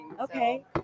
Okay